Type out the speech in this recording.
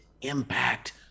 impact